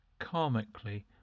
karmically